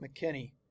McKinney